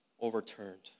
overturned